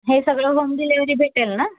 हे सगळं home delivery भेटेल ना